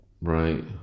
Right